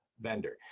vendor